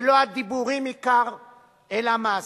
ולא הדיבורים עיקר, אלא המעשה.